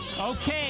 Okay